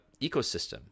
ecosystem